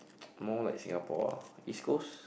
more like Singapore ah East-Coast